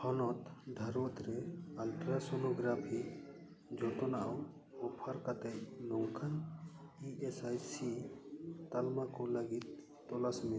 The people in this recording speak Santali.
ᱦᱚᱱᱚᱛ ᱫᱷᱟᱨᱣᱟᱛ ᱨᱮ ᱟᱞᱴᱨᱟᱥᱳᱱᱳᱜᱨᱟᱯᱷᱤ ᱡᱚᱛᱚᱱᱟᱣ ᱚᱯᱷᱟᱨ ᱠᱟᱛᱮ ᱱᱚᱝᱠᱟᱱ ᱤ ᱮᱹᱥ ᱟᱭ ᱥᱤ ᱛᱟᱞᱢᱟ ᱠᱚ ᱞᱟᱹᱜᱤᱫ ᱛᱚᱞᱟᱥ ᱢᱮ